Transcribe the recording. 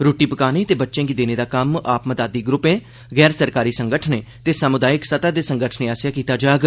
रूट्टी पकाने ते बच्चें गी देने दा कम्म आप मदादी ग्रुपें गैर सरकारी संगठनें ते समुदायिक सतह दे संगठनें आस्सेआ कीता जाग